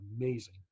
amazing